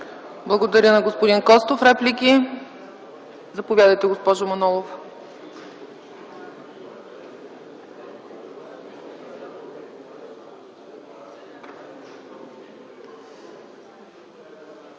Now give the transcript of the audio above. Благодаря на господин Костов. Реплики? Заповядайте, госпожо Манолова.